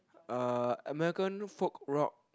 uh American folk rock